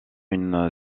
une